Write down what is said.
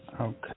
Okay